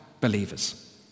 Believers